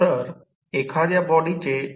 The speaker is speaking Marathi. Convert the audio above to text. तर ही समस्या आहे